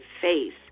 face